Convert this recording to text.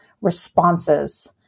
responses